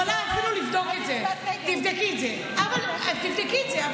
אנחנו נבדוק את זה, תבדקי את זה.